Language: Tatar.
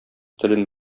телен